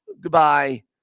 goodbye